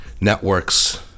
networks